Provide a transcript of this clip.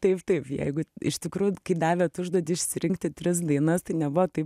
taip taip jeigu iš tikrųjų kai davėt užduotį išsirinkti tris dainas tai nebuvo taip